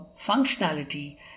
functionality